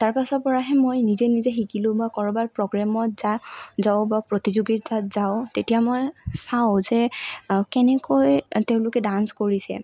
তাৰ পাছৰপৰাহে মই নিজে নিজেই শিকিলোঁ বা ক'ৰবাৰ প্ৰগেমত যা যাওঁ বা প্ৰতিযোগিতাত যাওঁ তেতিয়া মই চাওঁ যে কেনেকৈ তেওঁলোকে ডান্স কৰিছে